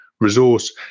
resource